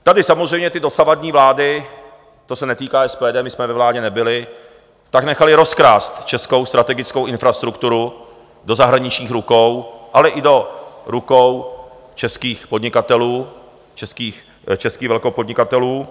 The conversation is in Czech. Tady samozřejmě ty dosavadní vlády to se netýká SPD, my jsme ve vládě nebyli nechaly rozkrást českou strategickou infrastrukturu do zahraničních rukou, ale i do rukou českých podnikatelů, českých velkopodnikatelů.